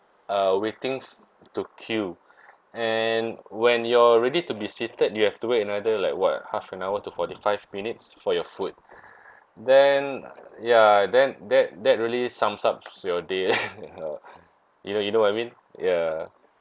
uh waiting to queue and when you're ready to be seated you have to wait another like what half an hour to forty five minutes for your food then ya then that that really sums up your day you know you know what I mean ya